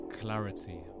Clarity